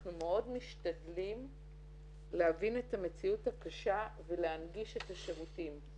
אנחנו מאוד משתדלים להבין את המציאות הקשה ולהנגיש את השירותים.